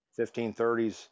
1530s